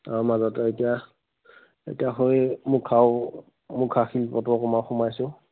তাৰ মাজতে এতিয়া এতিয়া সেই মুখাও মুখা শিল্পত অকণমান সোমাইছোঁ